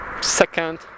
second